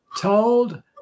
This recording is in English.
told